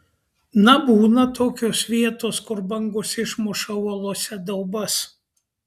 na būna tokios vietos kur bangos išmuša uolose daubas